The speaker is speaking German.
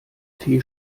tee